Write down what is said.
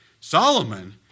Solomon